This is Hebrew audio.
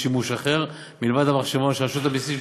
שימוש אחר מלבד המחשבון של רשות המסים,